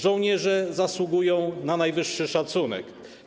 Żołnierze zasługują na najwyższy szacunek.